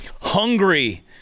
hungry